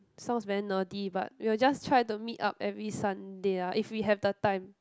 sounds very nerdy but we will just try to meet up every Sunday ah if we have the time